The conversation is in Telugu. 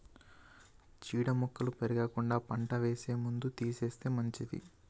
చీడ మొక్కలు పెరగకుండా పంట వేసే ముందు తీసేస్తే మంచిది